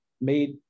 made